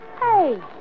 Hey